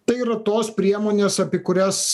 tai yra tos priemonės apie kurias